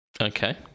Okay